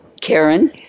Karen